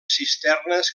cisternes